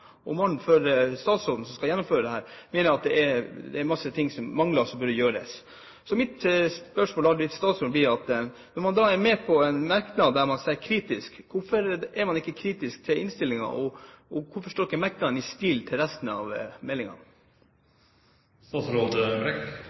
Mitt spørsmål til statsråden blir: Når man er med på en merknad der man stiller seg kritisk, hvorfor er man ikke kritisk til innstillingen? Hvorfor står ikke merknaden i stil til resten av